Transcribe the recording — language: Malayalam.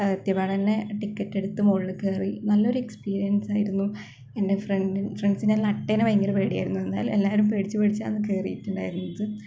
എത്തിയ പാടെ തന്നെ ടിക്കറ്റ് എടുത്ത് മുകളില് കയറി നല്ലൊരു എക്സ്പീരിയന്സ് ആയിരുന്നു എന്റെ ഫ്രണ്ട് ഫ്രണ്ട്സിനെല്ലാം അട്ടേനെ ഭയങ്കര പേടിയായിരുന്നു എന്നാല് എല്ലാരും പേടിച്ചു പേടിച്ചാണ് കയറിട്ടുണ്ടായിരുന്നത്